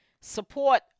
Support